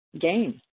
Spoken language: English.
game